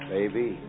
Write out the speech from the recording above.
Baby